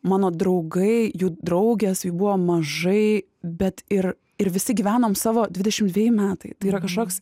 mano draugai jų draugės jų buvo mažai bet ir ir visi gyvenom savo dvidešimt dveji metai tai yra kažkoks